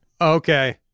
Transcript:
Okay